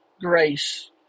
grace